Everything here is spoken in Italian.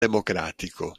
democratico